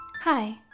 hi